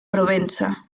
provenza